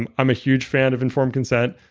i'm i'm a huge fan of informed consent.